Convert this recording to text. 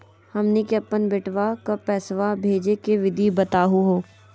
हमनी के अपन बेटवा क पैसवा भेजै के विधि बताहु हो?